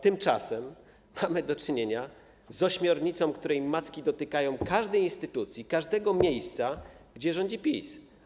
Tymczasem mamy do czynienia z ośmiornicą, której macki dotykają każdej instytucji, każdego miejsca, gdzie rządzi PiS.